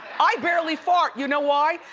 i barely fart, you know why?